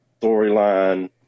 storyline